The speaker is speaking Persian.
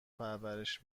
پرورش